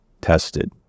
tested